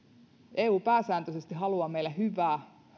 eu pääsääntöisesti haluaa meille hyvää